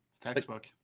Textbook